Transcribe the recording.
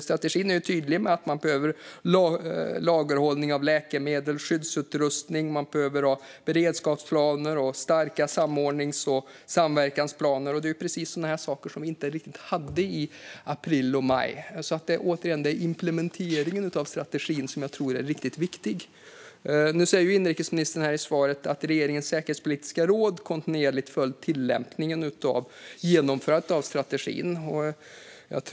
Strategin är tydlig med att man behöver lagerhållning av läkemedel och skyddsutrustning och att man behöver ha beredskapsplaner och stärkta samordnings och samverkansplaner. Det är precis sådana här saker som vi inte riktigt hade i april och maj. Återigen: Det är implementeringen av strategin som jag tror är riktigt viktig. Inrikesministern säger i svaret att regeringens säkerhetspolitiska råd kontinuerligt följt tillämpningen och genomförandet av strategin.